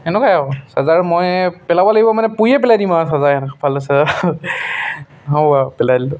তেনকুৱাই আৰু চাৰ্জাৰ মই পেলাব লাগিব মানে পুৰিয়ে পেলাই দিম আৰু চাৰ্জাৰ ফালটু চাৰ্জাৰ হ'ব আৰু পেলাই দিলোঁ